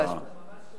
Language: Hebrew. ממש לא.